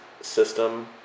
system